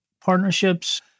partnerships